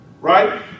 Right